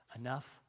Enough